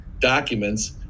documents